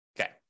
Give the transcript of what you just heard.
Okay